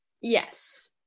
Yes